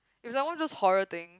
it was like one of those horror thing